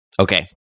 Okay